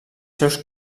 seus